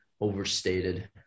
overstated